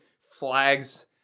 flags